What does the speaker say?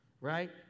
right